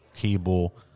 cable